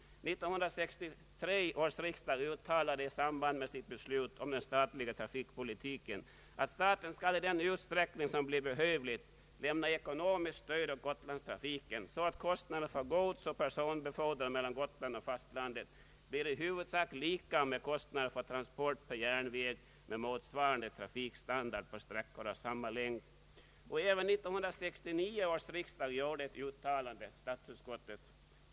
1963 års riksdag uttalade i samband med sitt beslut om den statliga trafikpolitiken att ”staten skall i den utsträckning som blir behövlig lämna ekonomiskt stöd åt gotlandstrafiken, så att kostnaderna för godsoch personbefordran mellan Gotland och fastlandet blir i huvudsak lika med kostnaderna för transport per järnväg med motsvarande trafikstandard på sträckor av samma längd”. även 1969 års riksdag gjorde ett uttalande i frågan.